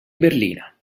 berlina